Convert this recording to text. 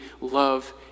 love